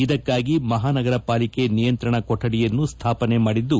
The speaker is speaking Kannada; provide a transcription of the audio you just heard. ಇದಕ್ಕಾಗಿ ಮಹಾನಗರ ಪಾಲಿಕೆ ನಿಯಂತ್ರಣ ಕೊಠಡಿಯನ್ನು ಸ್ಥಾಪನೆ ಮಾಡಿದ್ದು